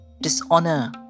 dishonor